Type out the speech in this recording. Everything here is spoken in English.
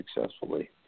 successfully